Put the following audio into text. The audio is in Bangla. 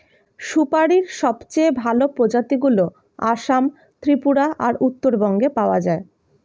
সুপারীর সবচেয়ে ভালো প্রজাতিগুলো আসাম, ত্রিপুরা আর উত্তরবঙ্গে পাওয়া যায়